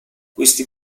questi